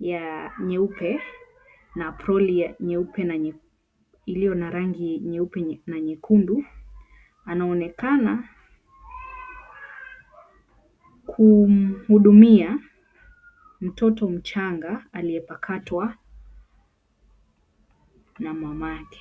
ya nyeupe na aproli ya nyeupe na iliyo na rangi nyeupe na nyekundu, anaonekana kumhudumia mtoto mchanga aliyepakatwa na mamake.